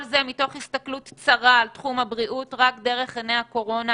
כל זה מתוך הסתכלו צרה על תחום הבריאות רק דרך עיני הקורונה